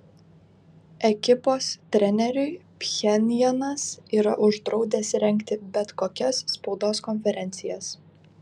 ekipos treneriui pchenjanas yra uždraudęs rengti bet kokias spaudos konferencijas